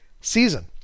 season